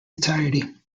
entirety